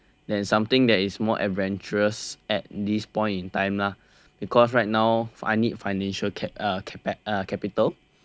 that's something that is more adventurous at this point in time lah because right now I need financial cap~ uh capital